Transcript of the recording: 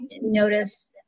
notice